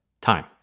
Time